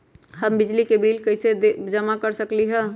हम बिजली के बिल कईसे जमा कर सकली ह?